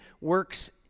works